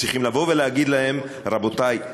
צריכים לבוא ולהגיד להם: רבותי,